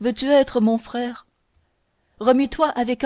veux-tu être mon frère remue toi avec